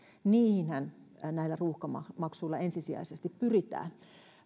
niihinhän näillä ruuhkamaksuilla ensisijaisesti pyritään